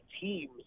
teams